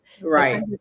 Right